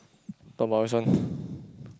talk about which one